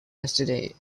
yesterday